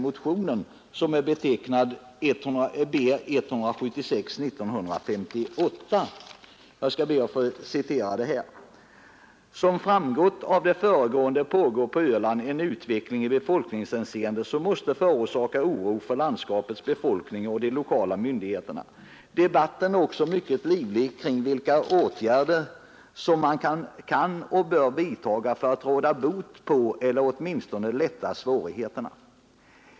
Motionen har beteckningen B 176 år 1958 och där står bl.a.: ”Som framgått av det föregående pågår på Öland en utveckling i befolkningshänseende, som måste förorsaka oro för landskapets befolkning och de lokala myndigheterna. Debatten är också mycket livlig kring vilka åtgärder som kan och bör vidtagas för att råda bot på eller åtminstone lätta svårigheterna.